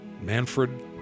Manfred